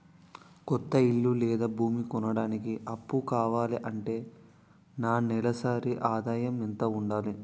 కొత్త ఇల్లు లేదా భూమి కొనడానికి అప్పు కావాలి అంటే నా నెలసరి ఆదాయం ఎంత ఉండాలి?